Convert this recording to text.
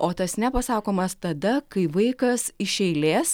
o tas ne pasakomas tada kai vaikas iš eilės